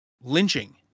lynching